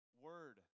word